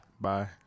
Bye